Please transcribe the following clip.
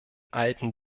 alten